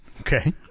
Okay